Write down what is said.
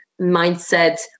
mindset